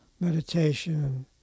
meditation